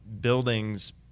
buildings